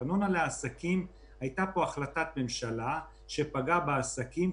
לגבי ארנונה לעסקים הייתה פה החלטת ממשלה שפגעה בעסקים.